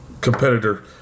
Competitor